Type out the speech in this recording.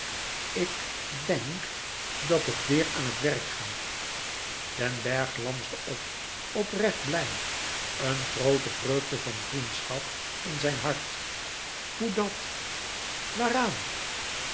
ik denk dat ik weêr aan het werk ga den bergh glansde op oprecht blij een groote vreugde van vriendschap in zijn hart hoe dat waaraan